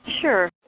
Sure